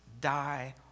die